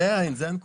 זו הנקודה.